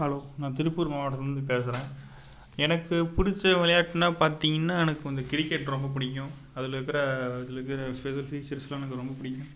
hello நான் திருப்பூர் மாவட்டத்துலந்து பேசுறேன் எனக்கு பிடிச்ச விளையாட்ன்னா பார்த்தீங்கன்னா எனக்கு வந்து கிரிக்கெட் ரொம்ப பிடிக்கும் அதில் இருக்கிற அதுல இருக்கிற ஸ்பெசிஃபிக் சிஸ்டம் எனக்கு ரொம்ப பிடிக்கும்